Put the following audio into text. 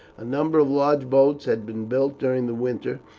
a number of large boats had been built during the winter,